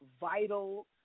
vital